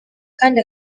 kandi